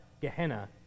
Gehenna